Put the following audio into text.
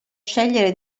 scegliere